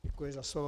Děkuji za slovo.